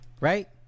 Right